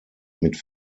mit